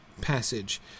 Passage